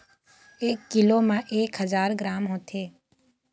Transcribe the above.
एक कीलो म एक हजार ग्राम होथे